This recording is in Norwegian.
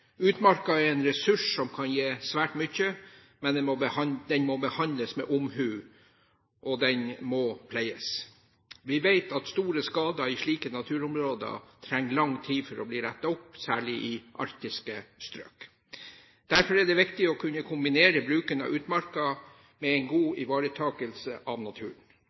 Utmarka er en ressurs som kan gi svært mye, men den må behandles med omhu, og den må pleies. Vi vet at store skader i slike naturområder trenger lang tid for å bli rettet opp, særlig i arktiske strøk. Derfor er det viktig å kunne kombinere bruken av utmarka med god ivaretakelse av naturen,